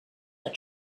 that